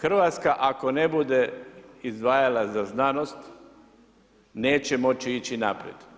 Hrvatska ako ne bude izdvajala za znanost neće moći ići naprijed.